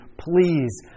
please